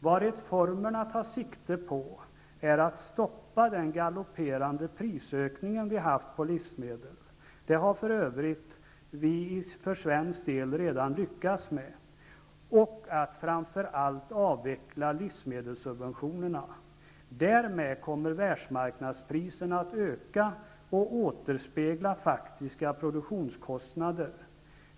Vad reformerna tar sikte på är att stoppa den galopperande prisökning på livsmedel som vi har haft -- det har vi för svensk del för övrigt redan lyckats med -- och att framför allt avveckla livsmedelssubventionerna. Därmed kommer världsmarknadspriserna att öka och återspegla faktiska produktionskostnader.